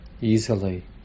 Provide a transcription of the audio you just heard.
easily